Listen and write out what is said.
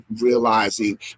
realizing